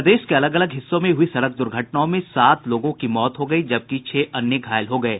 प्रदेश के अलग अलग हिस्सों में हुई सड़क दुर्घटनाओं में सात लोगों की मौत हो गयी जबकि छह अन्य घायल हो गये